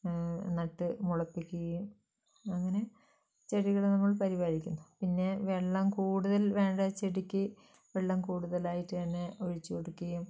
നട്ട് മുളപ്പിക്കുകയും അങ്ങനെ ചെടികളെ നമ്മൾ പരിപാലിക്കുന്നു പിന്നെ വെള്ളം കൂടുതൽ വേണ്ട ചെടിക്ക് വെള്ളം കൂടുതലായിട്ട് തന്നെ ഒഴിച്ച് കൊടുക്കുകയും